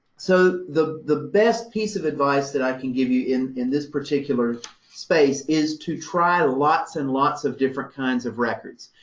so the the best piece of advice that i can give you in in this particular space is to try lots and lots of different kinds of records.